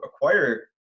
acquire